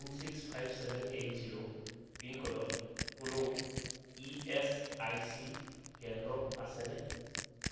nine six five seven eight zero পিনক'ডত কোনো E S I C কেন্দ্ৰ আছেনে